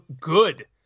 good